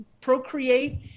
procreate